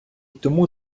тому